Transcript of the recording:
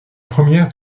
première